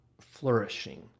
flourishing